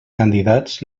candidats